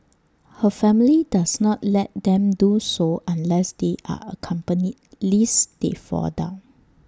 her family does not let them do so unless they are accompanied lest they fall down